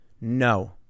No